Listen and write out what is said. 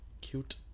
Cute